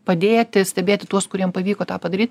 padėti stebėti tuos kuriem pavyko tą padaryti